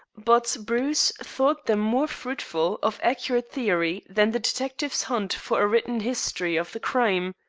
but bruce thought them more fruitful of accurate theory than the detective's hunt for a written history of the crime!